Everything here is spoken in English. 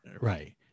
Right